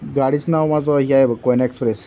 गाडीच नाव माझं ह्या आहे बघ कोयना एक्सप्रेस